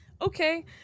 okay